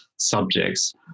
subjects